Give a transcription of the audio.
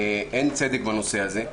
ואין צדק בנושא הזה.